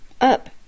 up